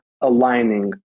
aligning